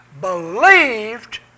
believed